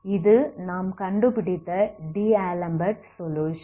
இது நாம் கண்டுபிடித்த டி ஆலம்பெர்ட் சொலுயுஷன்